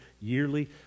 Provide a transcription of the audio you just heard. yearly